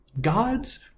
God's